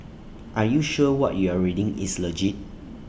are you sure what you're reading is legit